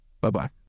Bye-bye